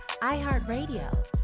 iHeartRadio